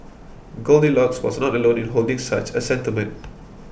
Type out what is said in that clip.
Goldilocks was not alone in holding such a sentiment